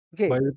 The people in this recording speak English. Okay